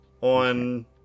on